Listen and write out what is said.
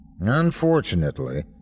Unfortunately